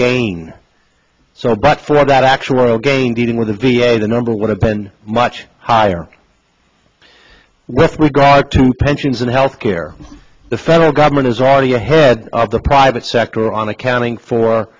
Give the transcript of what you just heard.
gain so but for that actual gain didn't with the v a the number would have been much higher with regard to pensions and health care the federal government is already ahead of the private sector on accounting for